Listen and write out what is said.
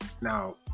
now